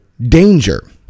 danger